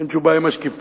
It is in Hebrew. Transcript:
אין שום בעיה עם השקיפות,